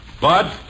Bud